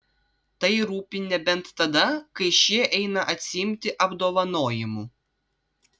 tai rūpi nebent tada kai šie eina atsiimti apdovanojimų